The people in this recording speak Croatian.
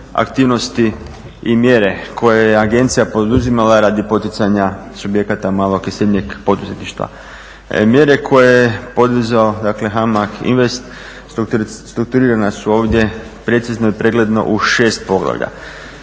aktivnosti i mjere koje je agencija poduzimala radi poticanja subjekata malog i srednjeg poduzetništva. Mjere koje je poduzeo dakle HAMAG INVEST strukturirana su ovdje precizno i pregledno u šest poglavlja,